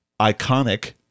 Iconic